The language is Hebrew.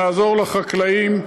נעזור לחקלאים,